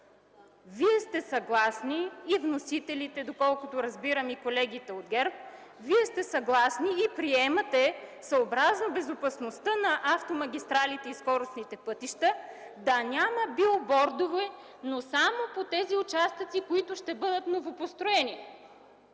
Вие сте съгласни – и вносителите, доколкото разбирам, и колегите от ГЕРБ, и приемате съобразно безопасността на автомагистралите и скоростните пътища да няма билбордове, но само в тези участъци, които ще бъдат новопостроени!